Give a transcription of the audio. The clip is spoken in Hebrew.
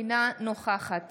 אינה נוכחת